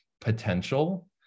potential